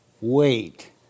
wait